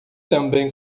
também